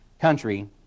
country